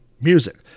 music